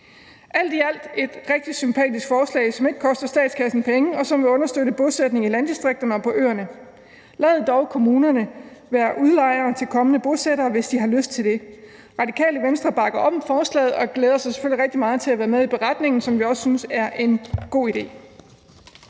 alt er det et rigtig sympatisk forslag, som ikke koster statskassen penge, og som vil understøtte bosætning i landdistrikterne og på øerne. Lad dog kommunerne være udlejere til kommende bosættere, hvis de har lyst til det. Radikale Venstre bakker op om forslaget og glæder sig selvfølgelig rigtig meget til at være med i beretningen, som vi også synes er en god idé.